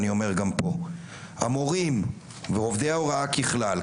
ואני אומר גם פה: המורים ועובדי ההוראה ככלל,